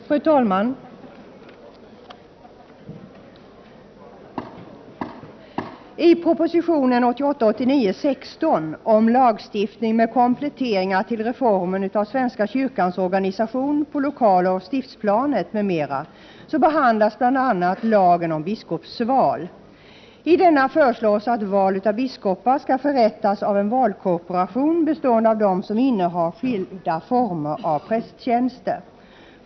Fru talman! I proposition 1988/89:16 om lagstiftning med kompletteringar till reformen av svenska kyrkans organisation på lokaloch stiftsplanet, m.m. behandlas bl.a. lagen om biskopsval. I denna proposition föreslås att val av biskopar skall förrättas av en valkorporation bestående av dem som innehar skilda former av prästtjänster.